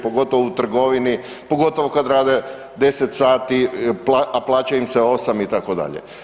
Pogotovo u trgovini, pogotovo kad rade 10 sati, a plaća im se 8 itd.